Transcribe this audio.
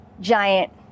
giant